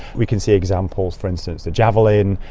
we can see examples, for instance the javelin,